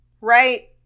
right